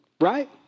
right